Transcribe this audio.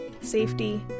Safety